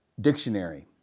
dictionary